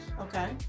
Okay